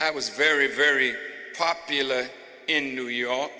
i was very very popular in new york